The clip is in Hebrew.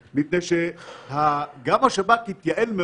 מספר המבודדים יהיה גדול כל עוד מספר הנדבקים גדל.